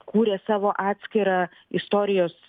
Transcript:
kūrė savo atskirą istorijos